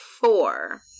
four